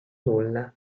nulla